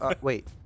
Wait